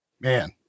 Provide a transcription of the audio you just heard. Man